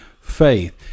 faith